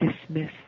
dismiss